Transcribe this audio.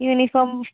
uniform